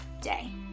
day